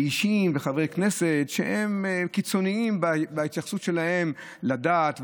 אישים וחברי כנסת שהם קיצונים בהתייחסות שלהם לדת,